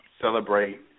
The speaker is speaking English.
celebrate